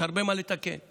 יש הרבה מה לתקן.